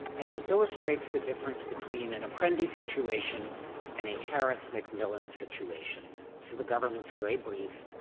and it illustrates the difference between an apprendi situation and a harris-mcmillan situation. so the government's gray brief.